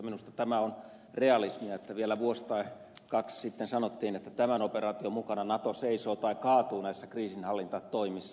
minusta tämä on realismia että vielä vuosi tai kaksi sitten sanottiin että tämän operaation mukana nato seisoo tai kaatuu näissä kriisinhallintatoimissa